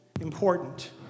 important